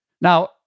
Now